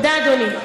תודה, אדוני.